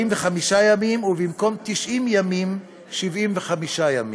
45 ימים, ובמקום 90 ימים, 75 ימים.